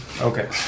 Okay